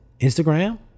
Instagram